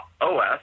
OS